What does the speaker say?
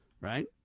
right